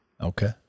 Okay